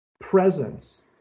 presence